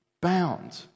bound